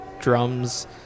drums